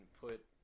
put